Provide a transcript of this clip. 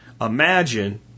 Imagine